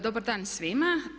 Dobar dan svima!